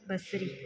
बसरी